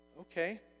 Okay